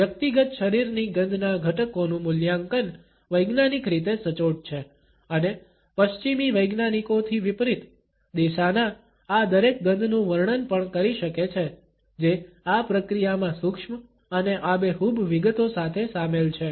વ્યક્તિગત શરીરની ગંધના ઘટકોનું મૂલ્યાંકન વૈજ્ઞાનિક રીતે સચોટ છે અને પશ્ચિમી વૈજ્ઞાનિકોથી વિપરીત દેસાના આ દરેક ગંધનું વર્ણન પણ કરી શકે છે જે આ પ્રક્રિયામાં સૂક્ષ્મ અને આબેહૂબ વિગતો સાથે સામેલ છે